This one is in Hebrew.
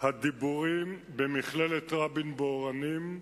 הדיבורים במכינת רבין ב"אורנים",